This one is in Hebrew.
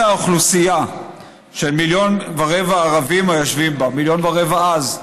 אלא האוכלוסייה של כ-1.25 הערבים היושבים בה" מיליון ורבע אז,